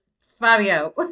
Fabio